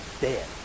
dead